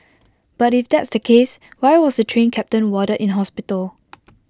but if that's the case why was the Train Captain warded in hospital